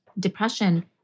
depression